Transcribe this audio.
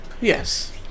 Yes